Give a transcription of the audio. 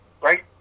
right